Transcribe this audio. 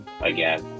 again